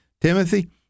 Timothy